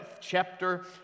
chapter